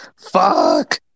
fuck